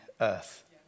earth